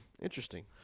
Interesting